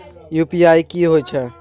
UPI की होय छै?